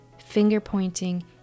finger-pointing